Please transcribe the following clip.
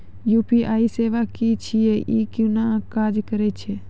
UPI सेवा की छियै? ई कूना काज करै छै?